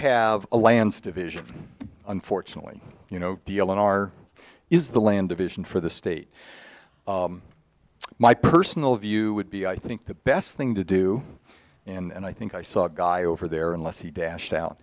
have a lance division unfortunately you know d l in our is the land of vision for the state my personal view would be i think the best thing to do and i think i saw guy over there unless he dashed out